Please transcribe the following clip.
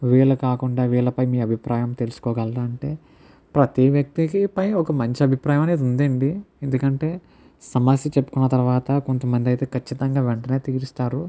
వీళ్ళు కాకుండా వీళ్ళపై మీ అభిప్రాయం తెలుసుకోగలరా అంటే ప్రతీ వ్యక్తికిపై ఒక మంచి అభిప్రాయం అనేది ఉంది అండి ఎందుకంటే సమస్య చెప్పుకున్న తర్వాత కొంతమంది అయితే ఖచ్చితంగా వెంటనే తీరుస్తారు